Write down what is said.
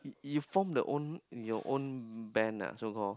you form the own your own band ah so called